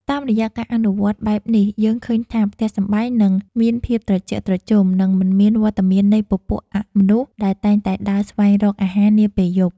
តាមរយៈការអនុវត្តបែបនេះយើងឃើញថា ផ្ទះសម្បែងនឹងមានភាពត្រជាក់ត្រជុំ និងមិនមានវត្តមាននៃពពួកអមនុស្សដែលតែងតែដើរស្វែងរកអាហារនាពេលយប់។